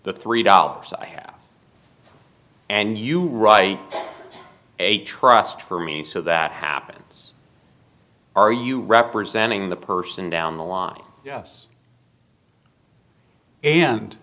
the three dollars i have and you write a trust for me so that happens are you representing the person down the line yes and